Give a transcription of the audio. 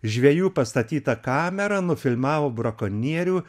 žvejų pastatyta kamera nufilmavo brakonierių